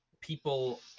people